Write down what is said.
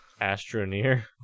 Astroneer